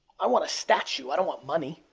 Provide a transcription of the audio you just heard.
i want a statue, i don't want money,